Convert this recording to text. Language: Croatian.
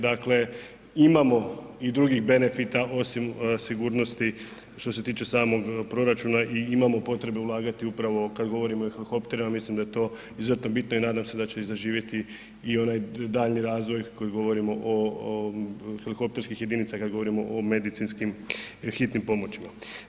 Dakle imamo i drugih benefita osim sigurnosti što se tiče samog proračuna i imamo potrebe ulagati upravo kad govorimo i o helikopterima mislim da je to izuzetno bitno i nadam se da će i zaživjeti i onaj daljnji razvoj koji govorimo o, helikopterskih jedinica kada govorimo o medicinskim hitnim pomoćima.